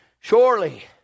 surely